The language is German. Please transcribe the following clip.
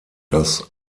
das